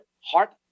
heart